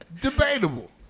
Debatable